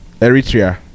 Eritrea